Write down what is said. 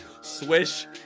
Swish